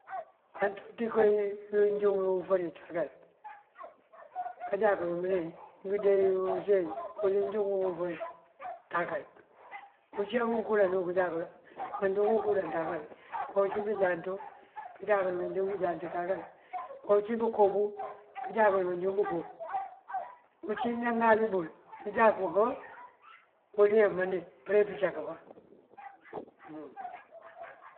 Antú koowí júŋ wí ufëri takal kajá kël mëne ngëndee use uwël wuwí juŋun ufëri takal. Uncíyank unkula kënjak manjúŋ unkulan takal. Ocíyank bënjant kënjá kël manjúŋ bënjant takal. Ocí bëkobu kënjá kël manjúŋ bëkob. Uncí naŋali bël nënjáku oh uwëlin mandee përe pëncak pan hum.